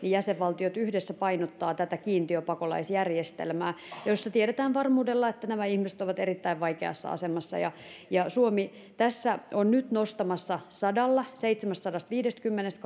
jäsenvaltiot yhdessä painottavat tätä kiintiöpakolaisjärjestelmää jossa tiedetään varmuudella että nämä ihmiset ovat erittäin vaikeassa asemassa suomi tässä on nyt nostamassa sadalla seitsemästäsadastaviidestäkymmenestä